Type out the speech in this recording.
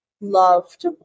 loved